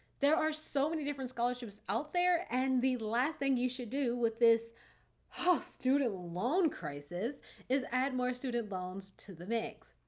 there are so many different scholarships out there, and the last thing you should do with this whole student loan crisis is add more student loans to the mix.